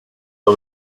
the